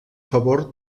favor